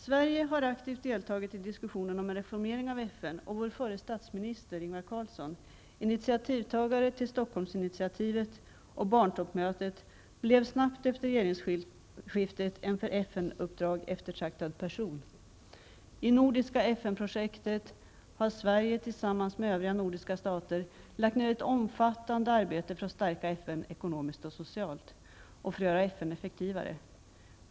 Sverige har aktivt deltagit i diskussionen om en reformering av FN, och vår förre statsminister Ingvar Carlsson, initiativtagare till Stockholmsmötet och barntoppmötet, blev snabbt efter regeringsskiftet en för FN-uppdrag eftertraktad person. I det nordiska FN-projektet har Sverige tillsammans med övriga nordiska stater lagt ned ett omfattande arbete för att stärka FN ekonomiskt och socialt och för att göra FN effektivare.